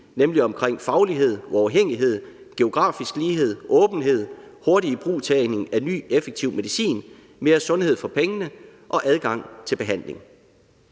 nemlig omkring faglighed, uafhængighed, geografisk lighed, åbenhed, hurtig ibrugtagning af ny effektiv medicin, mere sundhed for pengene og adgang til behandling.